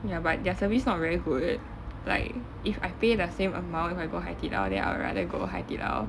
ya but their service not very good like if I pay the same amount if I go hai di lao then I would rather go hai di lao